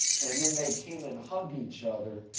and, then they came and hugged each other,